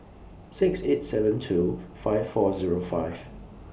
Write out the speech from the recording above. six eight seven two five four Zero five